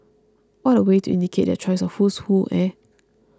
what a way to indicate their choice of who's who eh